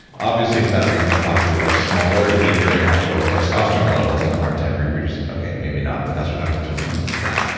obviously, for that reason, the pacu are smaller, weaker, and have lower testosterone levels and a hard time reproducing. okay, maybe not, but that's what happens when humans do that.